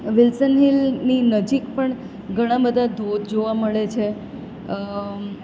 Wilson હિલની નજીક પણ ઘણાં બધાં ધોધ જોવા મળે છે